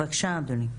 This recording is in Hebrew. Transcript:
בבקשה אדוני.